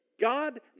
God